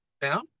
down